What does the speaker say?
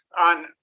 on